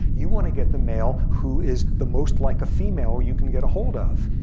you want to get the male who is the most like a female you can get a hold of.